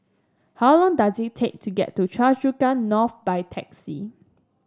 how long does it take to get to Choa Chu Kang North by taxi